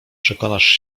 przekonasz